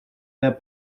their